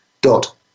dot